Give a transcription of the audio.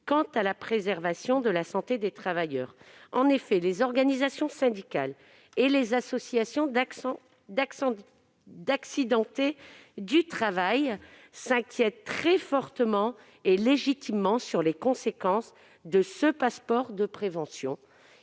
quant à la préservation de la santé des travailleurs. En effet, les organisations syndicales et les associations d'accidentés du travail s'inquiètent très fortement et légitimement des conséquences de la création de ce passeport de prévention.